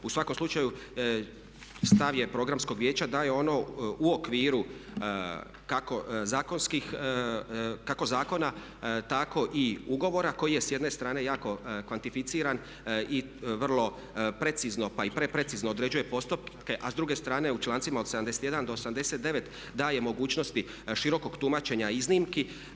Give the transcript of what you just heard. U svakom slučaju stav je Programskog vijeća da je ono u okviru kako zakona tako i ugovora koji je s jedne strane jako kvantificiran i vrlo precizno pa i pre precizno određuje postotke a s druge strane u člancima od 71-89 daje mogućnosti širokog tumačenja iznimki.